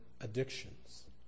addictions